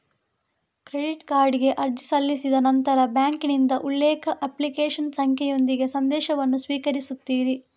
credit ಕಾರ್ಡಿಗೆ ಅರ್ಜಿ ಸಲ್ಲಿಸಿದ ನಂತರ ಬ್ಯಾಂಕಿನಿಂದ ಉಲ್ಲೇಖ, ಅಪ್ಲಿಕೇಶನ್ ಸಂಖ್ಯೆಯೊಂದಿಗೆ ಸಂದೇಶವನ್ನು ಸ್ವೀಕರಿಸುತ್ತೀರಿ